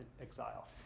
exile